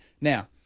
Now